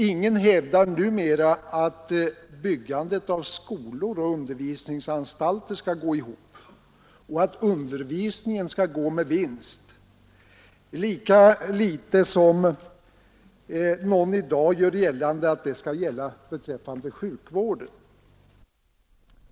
Ingen hävdar numera att byggandet av skolor och undervisningsanstalter skall gå ihop och att undervisningen skall gå med vinst, lika litet som någon i dag gör gällande att detta skall gälla beträffande sjukvården.